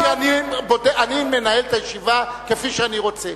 אני מנהל את הישיבה כפי שאני רוצה.